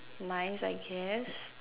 nice I guess